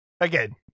Again